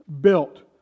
built